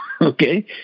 Okay